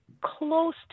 close